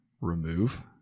remove